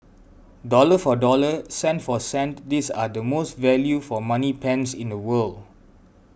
dollar for dollar cent for cent these are the most value for money pens in the world